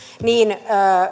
niin